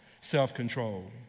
self-control